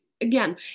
again